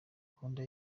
gahunda